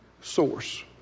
source